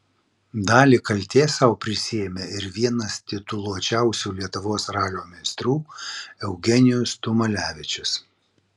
dalį kaltės sau prisiėmė ir vienas tituluočiausių lietuvos ralio meistrų eugenijus tumalevičius